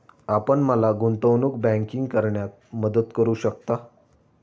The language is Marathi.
आपण मला गुंतवणूक बँकिंग करण्यात मदत करू शकता?